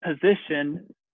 position